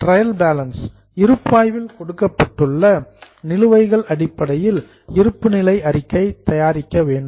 trial balance இருப்பாய்வில் கொடுக்கப்பட்டுள்ள நிலுவைகள் அடிப்படையில் இருப்புநிலை அறிக்கை தயாரிக்க வேண்டும்